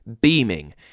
Beaming